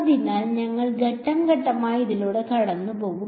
അതിനാൽ ഞങ്ങൾ ഘട്ടം ഘട്ടമായി അതിലൂടെ കടന്നുപോകും